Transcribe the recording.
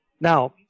Now